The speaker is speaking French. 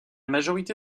majorité